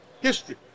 history